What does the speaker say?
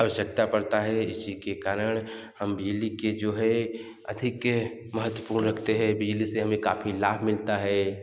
आवश्यकता पड़ता है इसी के कारण हम बिजली के जो है अधिक महवपूर्ण रखते है बिजली से हमें काफ़ी लाभ मिलता है